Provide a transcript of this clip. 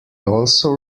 also